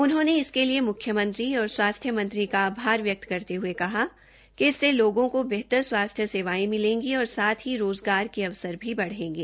उन्होंने इसके लिए मुख्यमंत्री और स्वास्थ्य मंत्री का आभार व्यकत करते हये कहा कि इसेस लोगों को बेहतर स्वास्थ्य सेवायें मिलेगी और साथ ही रोज़गार के अवसर भी बढ़ेगे